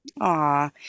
Aw